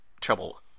trouble